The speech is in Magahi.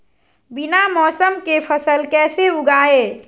बिना मौसम के फसल कैसे उगाएं?